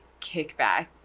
kickback